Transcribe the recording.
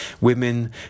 women